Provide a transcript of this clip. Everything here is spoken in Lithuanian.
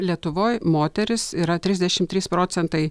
lietuvoje moterys yra trisdešim trys procentai